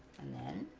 and